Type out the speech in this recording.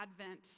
Advent